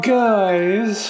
guys